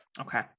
Okay